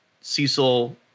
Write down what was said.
cecil